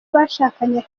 bashakanye